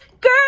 girl